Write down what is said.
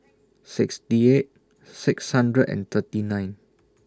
sixty eight six hundred and thirty nine